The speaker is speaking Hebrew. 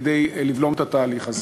לבלום את התהליך הזה.